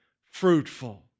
fruitful